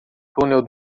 túnel